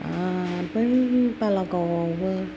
आर बै बालागाव आवबो